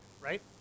right